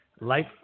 Life